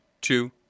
two